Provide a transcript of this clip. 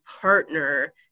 partner